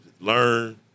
learn